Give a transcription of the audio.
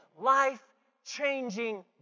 life-changing